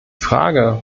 frage